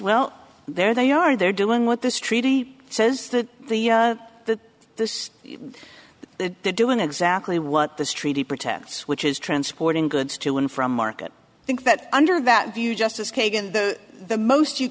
well they're they are they're doing what this treaty says that the that this they're doing exactly what this treaty protests which is transporting goods to and from market think that under that view justice kagan the most you